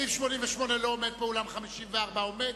סעיף 88 לא עומד פה, אולם 54 עומד.